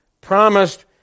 promised